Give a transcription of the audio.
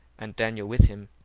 and daniel with him.